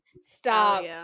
Stop